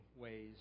ways